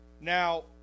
Now